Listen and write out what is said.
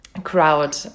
crowd